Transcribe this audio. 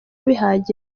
bihagije